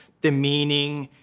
demeaning,